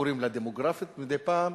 שקוראים לה "דמוגרפית" מדי פעם,